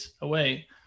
away